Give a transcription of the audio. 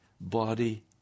body